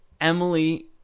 Emily